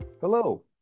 Hello